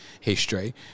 history